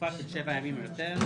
לתקופה של 7 ימים או יותר,